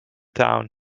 down